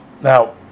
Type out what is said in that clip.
now